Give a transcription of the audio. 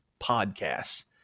podcasts